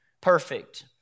perfect